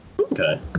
Okay